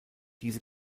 diese